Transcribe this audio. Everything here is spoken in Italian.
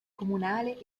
comunale